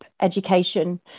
education